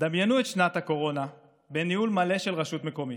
דמיינו את שנת הקורונה בניהול מלא של רשות מקומית.